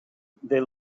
they